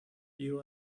you